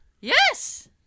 Yes